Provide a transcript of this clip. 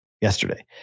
yesterday